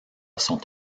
sont